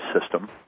system